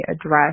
address